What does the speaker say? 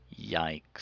Yikes